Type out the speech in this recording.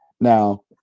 Now